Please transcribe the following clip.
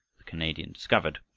the canadian discovered,